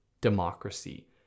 democracy